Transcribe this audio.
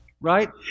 right